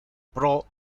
pro